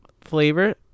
flavor